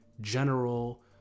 general